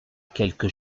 quelques